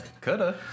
Coulda